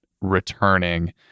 returning